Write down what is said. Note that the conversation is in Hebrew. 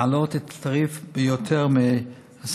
להעלות את התעריף ביותר מ-10%.